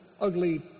ugly